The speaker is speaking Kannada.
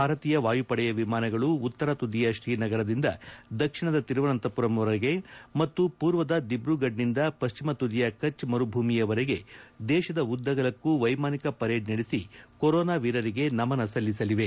ಭಾರತೀಯ ವಾಯುಪಡೆಯ ವಿಮಾನಗಳು ಉತ್ತರ ಶುದಿಯ ಶ್ರೀನಗರದಿಂದ ದಕ್ಷಿಣದ ಶಿರುವನಂತಮರಂವರೆಗೆ ಮತ್ತು ಪೂರ್ವದ ದಿಬ್ರೂಫಡದಿಂದ ಪಶ್ಚಿಮ ತುದಿಯ ಕಛ್ ಮರುಭೂಮಿಯವರೆಗೆ ದೇಶದ ಉದ್ದಗಲಕ್ಕೂ ವೈಮಾನಿಕ ಪರೇಡ್ ನಡೆಸಿ ಕೊರೊನಾ ವೀರರಿಗೆ ನಮನ ಸಲ್ಲಿಸಲಿವೆ